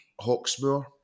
Hawksmoor